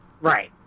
right